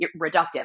reductive